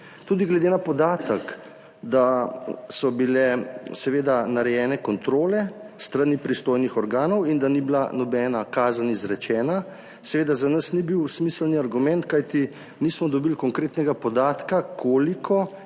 Tudi podatek, da so bile seveda narejene kontrole s strani pristojnih organov in da ni bila nobena kazen izrečena, seveda za nas ni bil smiselni argument, kajti nismo dobili konkretnega podatka, koliko